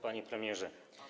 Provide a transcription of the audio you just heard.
Panie Premierze!